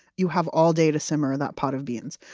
you have all day to simmer that pot of beans.